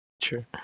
Sure